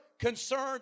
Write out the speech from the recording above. concerned